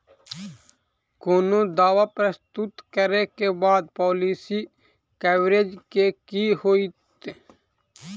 कोनो दावा प्रस्तुत करै केँ बाद पॉलिसी कवरेज केँ की होइत?